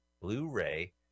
Blu-ray